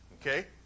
Okay